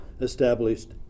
established